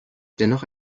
dennoch